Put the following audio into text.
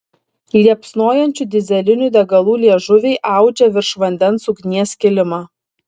liepsnojančių dyzelinių degalų liežuviai audžia virš vandens ugnies kilimą